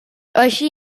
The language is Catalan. així